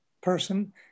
person